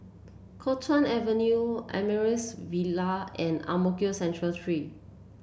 Kuo Chuan Avenue Amaryllis Ville and Ang Mo Kio Central Three